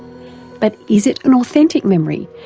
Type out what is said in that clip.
but is it an authentic memory,